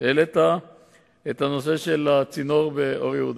הנושא הבא, לגבי "גדיב"